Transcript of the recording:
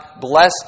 blessed